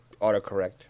autocorrect